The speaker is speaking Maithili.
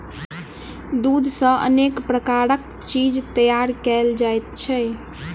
दूध सॅ अनेक प्रकारक चीज तैयार कयल जाइत छै